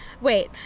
wait